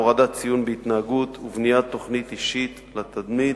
הורדת ציון בהתנהגות ובניית תוכנית אישית לתלמיד.